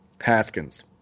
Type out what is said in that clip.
Haskins